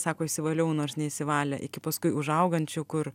sako išsivaliau nors neišsivalė iki paskui užaugančių kur